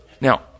Now